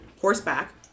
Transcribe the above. horseback